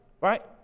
right